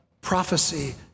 prophecy